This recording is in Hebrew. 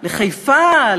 לחיפה,